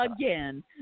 again